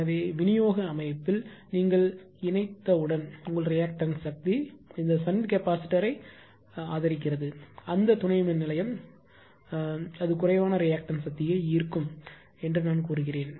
எனவே விநியோக அமைப்பில் நீங்கள் இணைத்தவுடன் உங்கள் ரியாக்டன்ஸ் சக்தி இந்த ஷன்ட் கெப்பாசிட்டர் ஆதரிக்கிறது அந்த துணை மின்நிலையம் என்ன ஆகும் அதனால் அது குறைவான ரியாக்டன்ஸ் சக்தியை ஈர்க்கும் என்று நான் சொன்னேன்